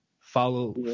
Follow